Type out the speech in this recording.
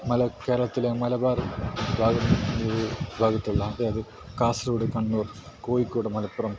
കേരളത്തിലെ മലബാർ ഭാഗത്ത് ഭാഗത്തുള്ള അതായത് കാസർഗോഡ് കണ്ണൂർ കോഴിക്കോട് മലപ്പുറം